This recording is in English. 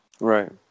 Right